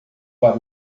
para